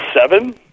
Seven